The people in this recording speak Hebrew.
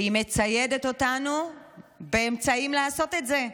והיא מציידת אותנו באמצעים לעשות את זה.